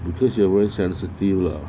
because you are very sensitive lah